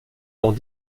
dans